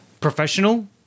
professional